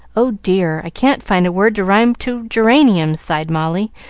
oh, dear! i can't find a word to rhyme to geranium, sighed molly,